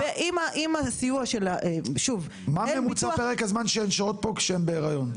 מה ממוצע פרק הזמן שהן נשארות פה כשהן בהריון?